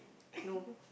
no